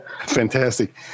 fantastic